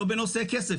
לא בנושא כסף.